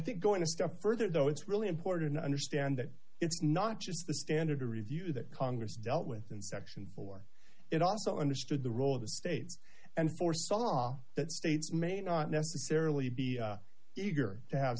think going a step further though it's really important to understand that it's not just the standard of review that congress dealt with in section four it also understood the role of the states and foresaw that states may not necessarily be eager to have